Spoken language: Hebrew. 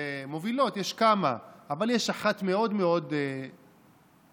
מובילות, יש כמה, אבל יש אחת מאוד מאוד, שבאמת,